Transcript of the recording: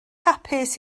hapus